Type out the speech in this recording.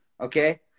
okay